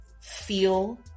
feel